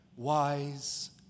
Wise